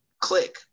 click